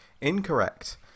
Incorrect